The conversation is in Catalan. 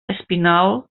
espinal